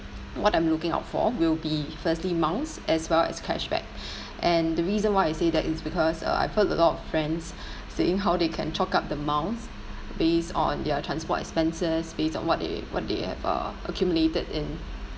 what I'm looking out for will be firstly miles as well as cashback and the reason why I say that is because uh I've heard a lot of friends saying how they can chalk up the miles based on their transport expenses based on what they what they have uh accumulated in